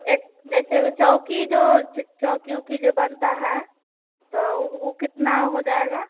एक जैसे वह चौकी जो चौकी उकी जो बनता है तो उसको कितना हो जाएगा